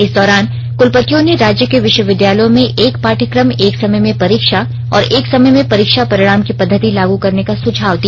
इस दौरान क्लपतियों ने राज्य के विश्वविद्यालयों में एक पाठ्यकम एक समय में परीक्षा और एक समय में परीक्षा परिणाम की पद्धति लागू करने का सुझाव दिया